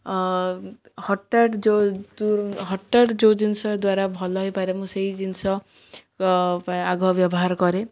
ହଠାତ୍ ଯେଉଁ ହଠାତ୍ ଯେଉଁ ଜିନିଷ ଦ୍ୱାରା ଭଲ ହେଇପାରେ ମୁଁ ସେଇ ଜିନିଷ ପାଇଁ ଆଗ ବ୍ୟବହାର କରେ